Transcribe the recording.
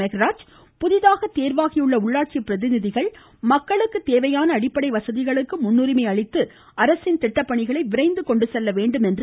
மெகராஜ் புதிதாக தேர்வாகியுள்ள உள்ளாட்சி பிரதிநிதிகள் மக்களுக்கு தேவையான அடிப்படை வசதிகளுக்கு முன்னுரிமை அளித்து அரசின் திட்டப்பணிகளை விரைந்து கொண்டு செல்ல வேண்டுமென்று அறிவுறுத்தினார்